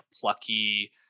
plucky